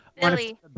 Billy